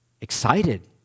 excited